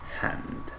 Hand